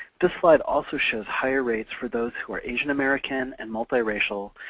this slide also shows higher rates for those who are asian american and multiracial,